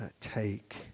take